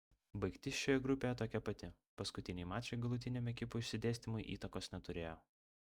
baigtis šioje grupėje tokia pati paskutiniai mačai galutiniam ekipų išsidėstymui įtakos neturėjo